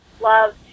love